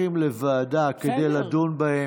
הולכים לוועדה כדי לדון בהם,